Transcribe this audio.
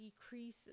decreases